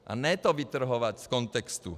A ne to vytrhovat z kontextu.